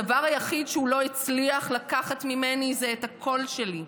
הדבר היחיד שהוא לא הצליח לקחת ממני זה את הקול שלי.